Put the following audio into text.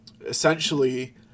essentially